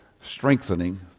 strengthening